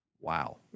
Wow